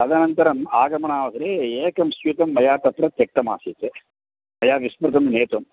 तदनन्तरम् आगमनावरे एकं स्यूतं मया तत्र त्यक्तमासीत् मया विस्मृतं नेतुम्